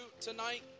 tonight